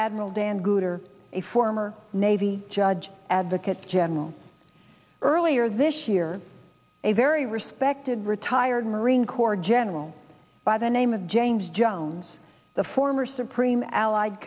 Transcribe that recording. admiral dan good or a former navy judge advocate general earlier this year a very respected retired marine corps general by the name of james jones the former supreme allied